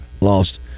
lost